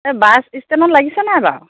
এই বাছ ষ্টেনত লাগিছে নাই বাৰু